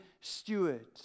steward